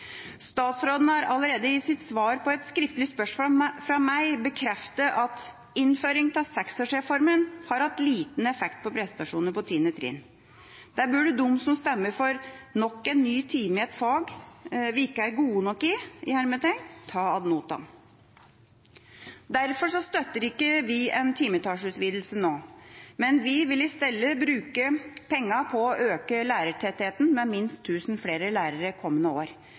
Statsråden har allerede i sitt svar på et skriftlig spørsmål fra meg bekreftet at innføringa av 6-åringsreformen har hatt liten effekt på prestasjoner på 10. trinn. Det burde de som stemmer for nok en ny time i et fag vi ikke er «gode nok i», ta ad notam. Derfor støtter vi ikke en timetallsutvidelse nå, men vi vil i stedet bruke pengene på å øke lærertettheten med minst 1 000 flere lærere kommende år.